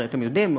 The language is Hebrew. הרי אתם יודעים,